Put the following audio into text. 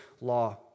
law